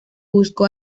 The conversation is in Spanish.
buscó